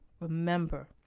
Remember